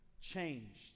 changed